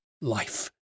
life